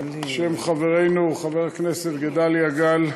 על שם חברנו חבר הכנסת גדליה גל,